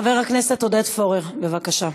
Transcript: חבר הכנסת עודד פורר, בבקשה,